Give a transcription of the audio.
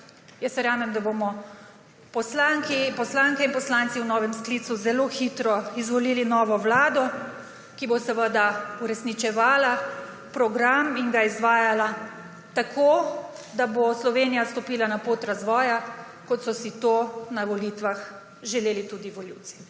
Jaz verjamem, da bomo poslanke in poslanci v novem sklicu zelo hitro izvolili novo vlado, ki bo seveda uresničevala program in ga izvajala tako, da bo Slovenija stopila na pot razvoja, kot so si to na volitvah želeli tudi volivci.